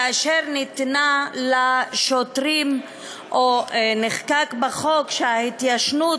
כאשר ניתנה לשוטרים או נחקק בחוק שההתיישנות